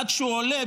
עד שהוא עולה,